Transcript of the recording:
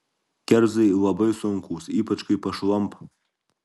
kerzai labai sunkūs ypač kai pašlampa